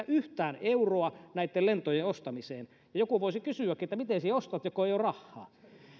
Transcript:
yhtään euroa näitten lentojen ostamiseen ja joku voisi kysyäkin että miten sie ostat ko ei oo rahhaa